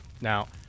Now